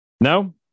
No